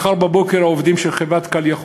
מחר בבוקר העובדים של חברת 'Call יכול'